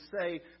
say